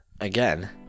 again